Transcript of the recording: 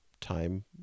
time